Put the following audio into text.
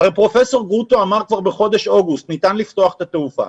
הרי פרופ' גרוטו אמר כבר בחודש אוגוסט: ניתן לפתוח את התעופה.